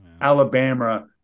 Alabama